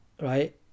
Right